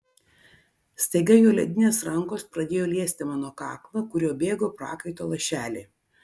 staiga jo ledinės rankos pradėjo liesti mano kaklą kuriuo bėgo prakaito lašeliai